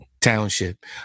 Township